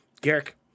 Garrick